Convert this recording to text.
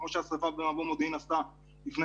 כמו שהשרפה במבוא מודיעים עשתה לפני